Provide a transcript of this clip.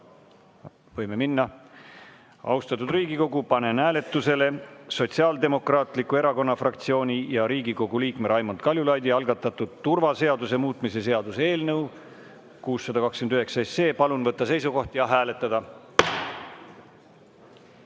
Võime minna. Austatud Riigikogu, panen hääletusele Sotsiaaldemokraatliku Erakonna fraktsiooni ja Riigikogu liikme Raimond Kaljulaidi algatatud turvaseaduse muutmise seaduse eelnõu 629. Palun võtta seisukoht ja hääletada!